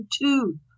two